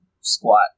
squat